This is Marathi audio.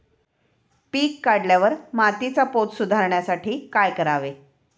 पीक काढल्यावर मातीचा पोत सुधारण्यासाठी काय करावे?